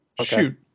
shoot